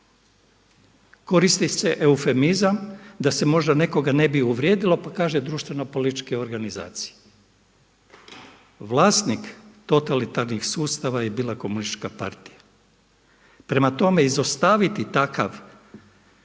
Koristi se eufemizam da se možda ne bi nekoga uvrijedilo pa kaže društveno političke organizacije. Vlasnik totalitarnih sustava je bila komunistička partija, prema tome izostaviti takvu